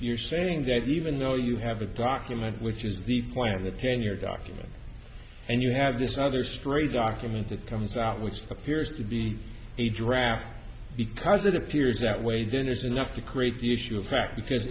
you're saying that even though you have a document which is the plan of the ten year document and you have this other story document that comes out which appears to be a draft because it appears that way then there's enough to create the issue of pra